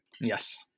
Yes